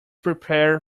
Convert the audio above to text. prepare